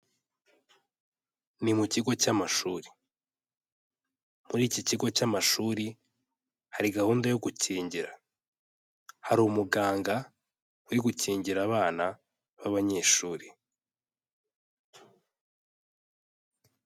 Ni mu kigo cy'amashuri. Muri iki kigo cy'amashuri hari gahunda yo gukingira, hari umuganga uri gukingira abana b'abanyeshuri.